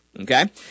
okay